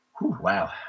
Wow